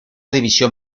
división